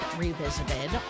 Revisited